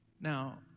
Now